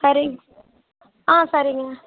சரி ஆ சரிங்க